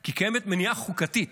כי קיימת מניעה חוקתית